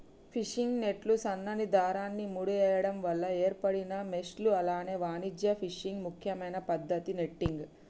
fishing నెట్లు సన్నని దారాన్ని ముడేయడం వల్ల ఏర్పడిన మెష్లు అలాగే వాణిజ్య ఫిషింగ్ ముఖ్యమైన పద్దతి నెట్టింగ్